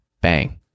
Bang